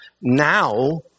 Now